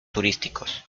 turísticos